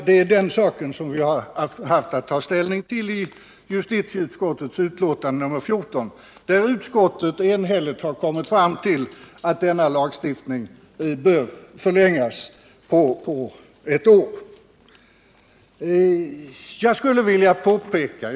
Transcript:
Det är den saken vi haft att ta ställning till i justitieutskottet, där vi enhälligt kommit fram till att denna lagstiftning bör förlängas att gälla under ytterligare ett år.